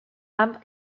amb